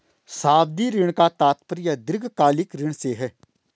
सावधि ऋण का तात्पर्य दीर्घकालिक ऋण से है